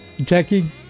Jackie